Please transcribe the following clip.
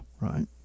right